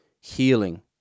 healing